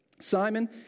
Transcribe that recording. Simon